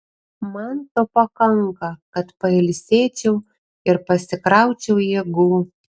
man to pakanka kad pailsėčiau ir pasikraučiau jėgų